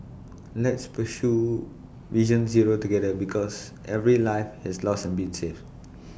let's pursue vision zero together because every life has lost and been saved